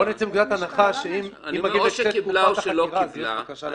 בואו נצא מנקודת הנחה שאם מגיעים לקצה תקופת החקירה אז יש בקשה להארכה.